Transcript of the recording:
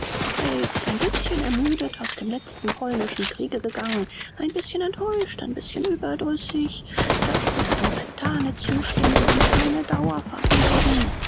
sei er jetzt ein bißchen ermüdet aus dem letzten polnischen kriege gegangen ein bißchen enttäuscht ein bißchen überdrüßig das sind momentane zustände die keine dauer verbürgen